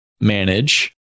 manage